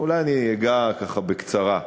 אולי אני אגע ככה בקצרה.